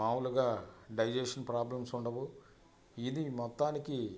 మామూలుగా digestion problems ఉండవు ఇది మొత్తానికి